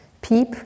peep